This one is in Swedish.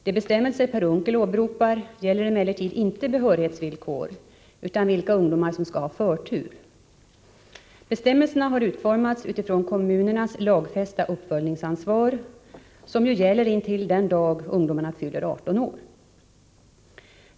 De bestämmelser Per Unckel åberopar gäller emellertid inte behörighetsvillkor utan vilka ungdomar som skall ha förtur. Bestämmelserna har utformats utifrån kommunernas lagfästa uppföljningsansvar, som ju gäller intill den dag ungdomarna fyller 18 år.